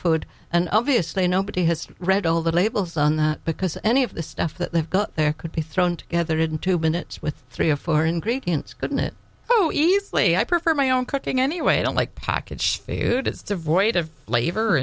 food and obviously nobody has read all the labels on the because any of the stuff that they've got there could be thrown together in two minutes with three or four ingredients couldn't it oh easily i prefer my own cooking anyway i don't like packaged food is devoid of flavor